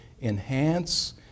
enhance